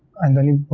and then